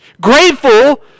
Grateful